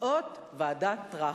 תוצאות ועדת-טרכטנברג.